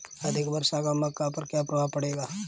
अधिक वर्षा का मक्का पर क्या प्रभाव पड़ेगा?